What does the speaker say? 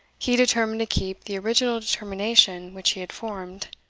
he determined to keep the original determination which he had formed,